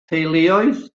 theuluoedd